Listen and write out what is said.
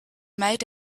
made